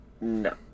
No